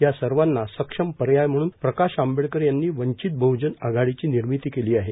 या सर्वांना सक्षम पर्याय म्हणून प्रकाश आंबेडकर यांनी वंचित बहजन आघाडीची निर्मिती केली आहे